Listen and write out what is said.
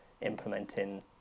implementing